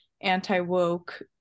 anti-woke